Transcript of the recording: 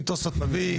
אם תוספות מביא,